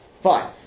fine